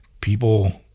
People